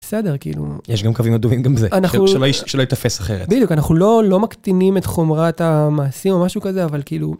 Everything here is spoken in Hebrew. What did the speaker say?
בסדר כאילו, יש גם קווים אדומים גם זה אנחנו שלא יתפס אחרת, אנחנו לא לא מקטינים את חומרת המעשים או משהו כזה אבל כאילו.